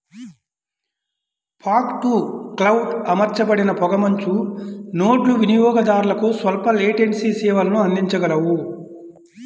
fog to cloud అమర్చబడిన పొగమంచు నోడ్లు వినియోగదారులకు స్వల్ప లేటెన్సీ సేవలను అందించగలవు